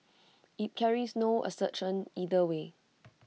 IT carries no assertion either way